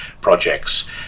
projects